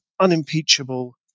unimpeachable